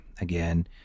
again